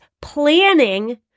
planning